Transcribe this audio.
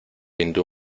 hindú